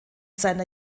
seiner